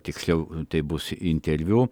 tiksliau tai bus interviu